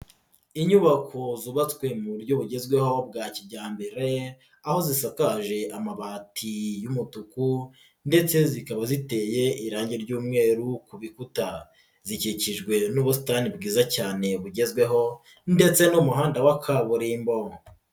Inyubako zubatswe mu buryo bugezweho bwa kijyambere aho zisakaje amabati y'umutuku ndetse zikaba ziteye irangi ry'umweru ku bikuta, zikikijwe n'ubusitani bwiza cyane bugezweho ndetse n'umuhanda wa kaburimbo.